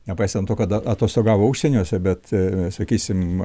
nepaisant to kada atostogavo užsieniuose bet sakysim